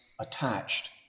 attached